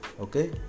okay